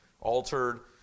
altered